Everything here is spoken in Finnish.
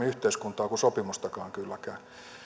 yhteiskuntaa kuin sopimustakaan